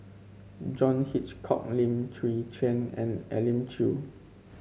John Hitchcock Lim Chwee Chian and Elim Chew